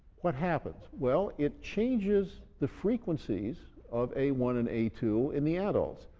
what happens? well it changes the frequencies of a one and a two in the adults.